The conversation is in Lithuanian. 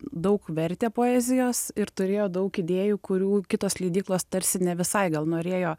daug vertė poezijos ir turėjo daug idėjų kurių kitos leidyklos tarsi ne visai gal norėjo